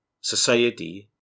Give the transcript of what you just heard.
society